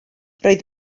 roedd